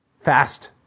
fast